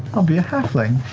i'll be a halfling.